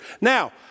Now